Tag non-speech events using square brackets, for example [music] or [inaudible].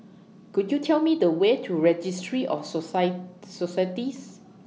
Could YOU Tell Me The Way to Registry of [unintelligible] Societies